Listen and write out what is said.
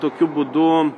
tokiu būdu